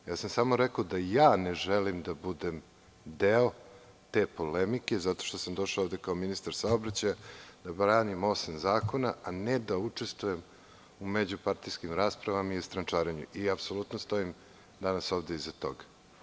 Samo sam rekao da ne želim da budem deo te polemike, zato što sam došao ovde, kao ministar saobraćaja da branim osam zakona, a ne da učestvujem u međupartijskim raspravama i strančarenju, i apsolutno danas stojim ovde iza toga.